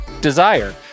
Desire